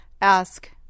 Ask